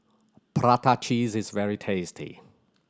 prata cheese is very tasty